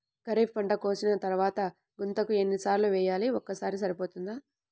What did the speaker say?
ఖరీఫ్ పంట కోసిన తరువాత గుంతక ఎన్ని సార్లు వేయాలి? ఒక్కసారి సరిపోతుందా?